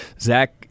Zach